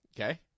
Okay